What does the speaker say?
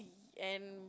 and